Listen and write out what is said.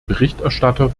berichterstatter